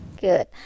Good